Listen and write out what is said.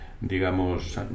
digamos